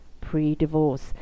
pre-divorce